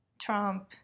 Trump